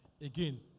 Again